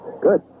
Good